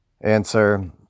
answer